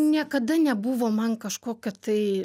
niekada nebuvo man kažkokia tai